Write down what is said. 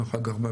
דרך אגב,